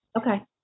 Okay